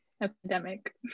epidemic